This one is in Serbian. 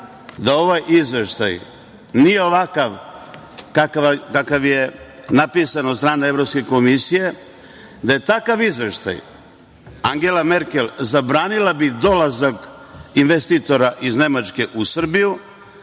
da ovaj izveštaj nije ovakav kakav je napisan od strane Evropske komisije, da je takav izveštaj, Angela Merkel, zabranila bi dolazak investitora iz Nemačke u Srbiju,